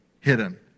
hidden